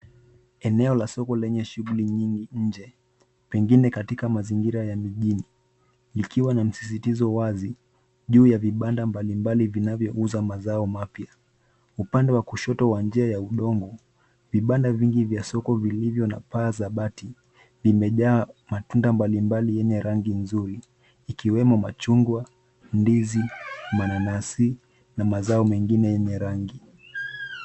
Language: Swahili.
Eneo la soko lenye shughuli nyingi nje pengine katika mazingira ya mijini ikiwa na msisitizo wazi juu ya vibanda mbalimbali vinavyo uza mazao mapya, upande wa kushoto uwanja wa udongo vibanda vingi vya soko vilivyo na paa za bati limejaa matunda mbalimbali yenye rangi nzuri ikiwemo machungwa, ndizi, mananasi na mazao mengine yenye rangi.